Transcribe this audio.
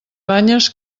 banyes